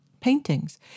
paintings